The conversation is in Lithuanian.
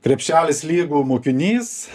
krepšelis lygu mokinys